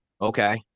Okay